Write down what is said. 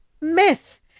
myth